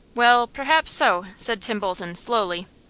well, perhaps so, said tim bolton, slowly.